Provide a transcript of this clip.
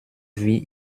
wie